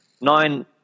Nine